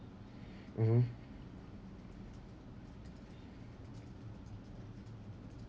mmhmm